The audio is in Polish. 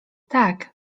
tak